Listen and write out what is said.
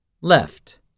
Left